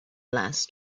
last